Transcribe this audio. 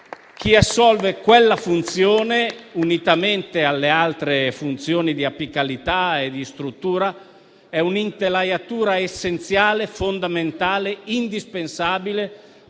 chi assolve tale funzione, unitamente alle altre funzioni di apicalità e di struttura, rappresenta un'intelaiatura essenziale, fondamentale, indispensabile